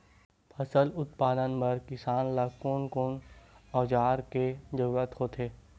फसल उत्पादन बर किसान ला कोन कोन औजार के जरूरत होथे?